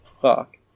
Fuck